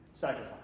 sacrifice